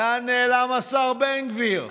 לאן נעלם השר בן גביר?